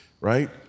right